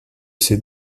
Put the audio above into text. ces